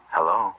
Hello